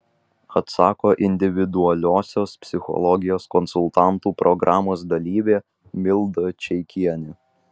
atsako individualiosios psichologijos konsultantų programos dalyvė milda čeikienė